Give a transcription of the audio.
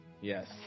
Yes